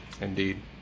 Indeed